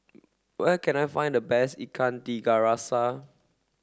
where can I find the best Ikan Tiga Rasa